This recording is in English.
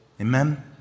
Amen